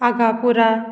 Aghapura